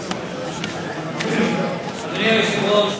אדוני היושב-ראש,